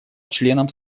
членам